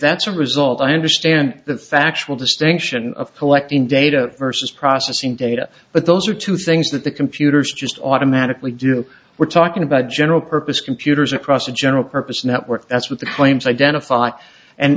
that's a result i understand the factual distinction of collecting data versus processing data but those are two things that the computers just automatically do we're talking about general purpose computers across a general purpose network that's what the flames identify and